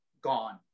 gone